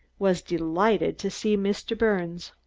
was delighted to see mr. birnes.